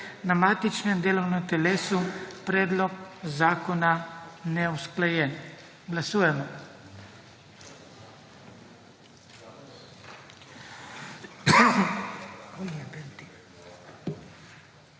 na matičnem delovnem telesu, predlog zakona neusklajen. Glasujemo.